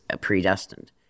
predestined